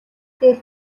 гэвэл